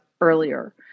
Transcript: earlier